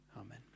amen